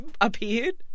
appeared